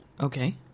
Okay